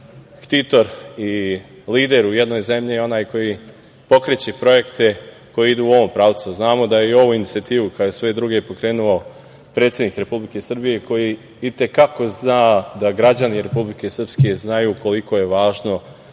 ktitor i lider u jednoj zemlji je onaj koji pokreće projekte koji idu u ovom pravcu. Znamo da je i ovu inicijativu, kao i sve druge, pokrenuo predsednik Republike Srbije koji i te kako zna da građani Republike Srpske znaju koliko je važno